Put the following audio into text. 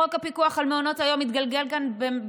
חוק הפיקוח על מעונות היום התגלגל כאן,